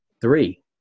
three